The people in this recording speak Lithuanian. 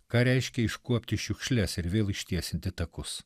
ką reiškia iškuopti šiukšles ir vėl ištiesinti takus